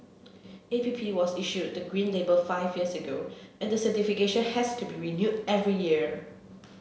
A P P was issued the green label five years ago and the certification has to be renewed every year